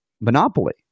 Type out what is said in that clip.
monopoly